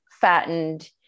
fattened